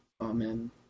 amen